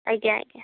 ଆଜ୍ଞା ଆଜ୍ଞା